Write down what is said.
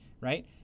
right